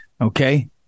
okay